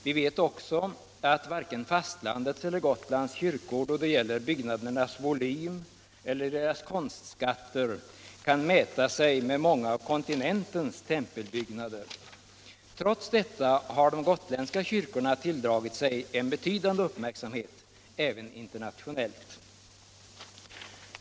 Vi vet också att varken fastlandets eller Gotlands kyrkor då det gäller byggnadernas volym eller deras konstskatter kan mäta sig med många av kontinentens tempelbyggnader. Trots detta har de gotländska kyrkorna tilldragit sig en betydande uppmärksamhet även internationellt.